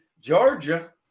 Georgia